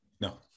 No